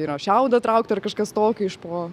yra šiaudą traukti ar kažkas tokio iš po